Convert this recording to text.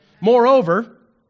Moreover